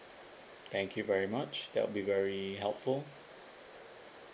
thank you very much that'll be very helpful